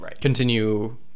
continue